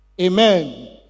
Amen